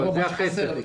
זה החסר.